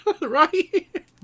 Right